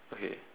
okay